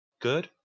good